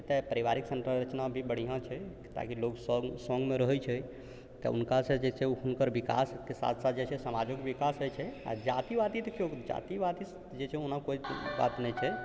एतए पारिवारिक संरचना भी बढ़िआँ छै एतऽके लोग सङ्गमे रहै छै तऽ हुनका सँ जे छै हुनकर विकासके साथ साथ जे छै समाजोके विकास होइ छै आओर जातिवादी देखिऔ जातिवादी जे छै ओना कोइ बात नहि छै